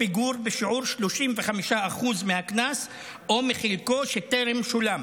פיגור בשיעור 35% מהקנס או מחלקו שטרם שולם,